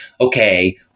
okay